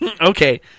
Okay